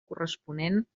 corresponent